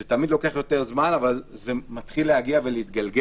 זה תמיד לוקח יותר זמן אבל כדור השלג הזה מתחיל להגיע ולהתגלגל.